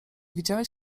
widziałeś